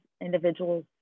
individuals